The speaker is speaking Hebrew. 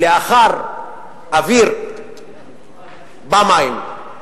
לאחר אוויר באים מים,